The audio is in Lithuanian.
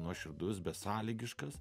nuoširdus besąlygiškas